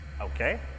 Okay